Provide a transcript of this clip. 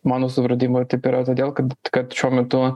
mano supratimu taip yra todėl kad kad šiuo metu